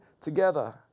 together